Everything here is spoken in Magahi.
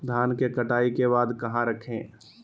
धान के कटाई के बाद कहा रखें?